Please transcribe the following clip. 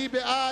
מי בעד,